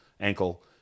ankle